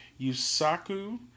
Yusaku